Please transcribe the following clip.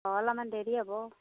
অঁ অলপমান দেৰি হ'ব